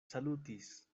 salutis